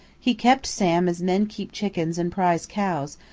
he kept sam as men keep chickens and prize cows,